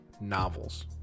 novels